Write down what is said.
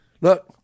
Look